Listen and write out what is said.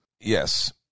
Yes